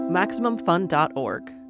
MaximumFun.org